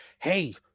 Hey